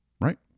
right